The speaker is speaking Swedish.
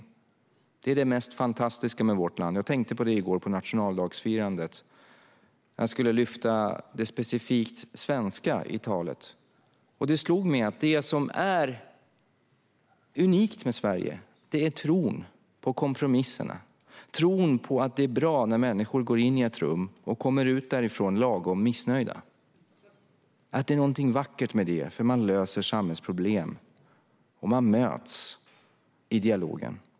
Detta är det mest fantastiska med vårt land, och jag tänkte på det i går på nationaldagsfirandet när jag i mitt tal skulle lyfta fram det specifikt svenska. Det slog mig att det som är unikt med Sverige är tron på kompromisserna - tron på att det är bra när människor går in i ett rum och kommer ut därifrån lagom missnöjda och tron på att det finns någonting vackert med det, eftersom man löser samhällsproblem. Man möts i dialogen.